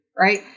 Right